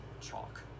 chalk